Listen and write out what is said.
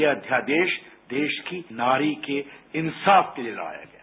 ये अध्यादेश देश की नारी के इंसाफ के लिए लाया गया है